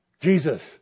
Jesus